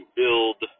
build